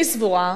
אני סבורה,